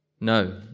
No